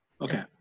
okay